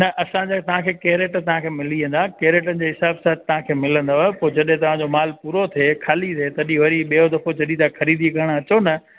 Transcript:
न असांजा तव्हांखे केरेट तव्हांखे मिली वेंदा केरेटनि जे हिसाब सां तव्हांखे मिलंदव पो जॾहिं तव्हांजो माल पूरो थिए खाली थिए तॾहिं वरी ॿियों दफ़ो जॾहिं तव्हां ख़रीदी करणु अचो न